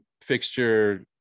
fixture